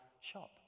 shop